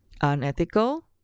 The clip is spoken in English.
unethical